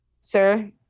sir